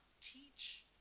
teach